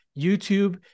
YouTube